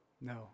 No